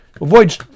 Avoid